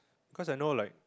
cause I know like